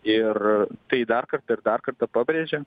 ir tai dar kartą ir dar kartą pabrėžiam